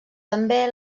també